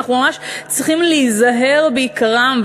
אנחנו ממש צריכים להיזהר ביקרם,